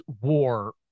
war